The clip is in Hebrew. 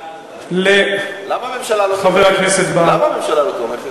למה הממשלה לא תומכת?